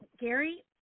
Gary